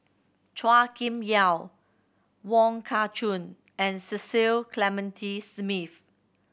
Chua Kim Yeow Wong Kah Chun and Cecil Clementi Smith